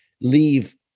leave